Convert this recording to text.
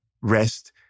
rest